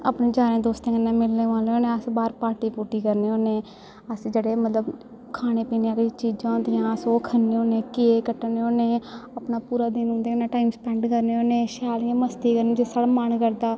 अपने यारें दोस्तें कन्नै मिलने मुलने होन्ने अस बाहर पार्टी पूर्टी करने होन्ने अस जेह्ड़े मतलब खाने पीने आह्ली चीजां होंदियां अस ओह् खन्ने होन्ने केक कट्टने होन्ने अपना पूरा दिन उं'दे कन्नै टाइम स्पैंड करने होन्ने शैल इ'यां मस्ती करने जे साढ़ा मन करदा